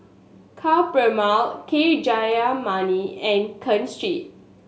Ka Perumal K Jayamani and Ken Seet